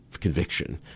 conviction